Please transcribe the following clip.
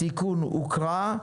התיקון הוקרא.